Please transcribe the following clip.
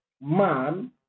man